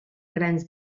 grans